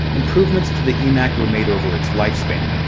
improvements to the emac were made over its lifespan.